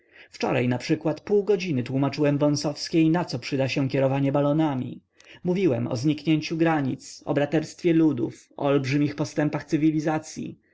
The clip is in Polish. wczoraj naprzykład pół godziny tłómaczyłem wąsowskiej naco przyda się kierowanie balonami mówiłem o zniknięciu granic o braterstwie ludów o olbrzymich postępach cywilizacyi